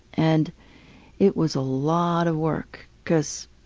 and it was a lot of work because